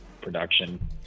production